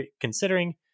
considering